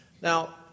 Now